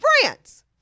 France